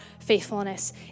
faithfulness